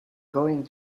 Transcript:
going